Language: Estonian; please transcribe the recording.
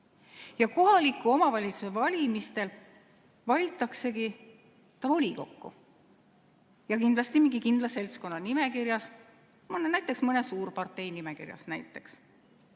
Ja kohaliku omavalitsuse valimistel valitaksegi ta volikokku – kindlasti mingi kindla seltskonna nimekirjas, näiteks mõne suurpartei nimekirjas.